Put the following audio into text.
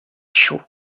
chaud